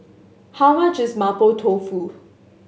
how much is Mapo Tofu